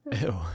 Ew